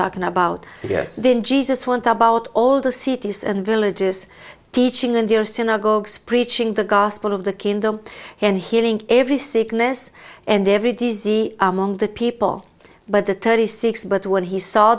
talking about yes then jesus went about all the cities and villages teaching in their synagogues preaching the gospel of the kingdom and healing every sickness and every disease among the people but the thirty six but when he saw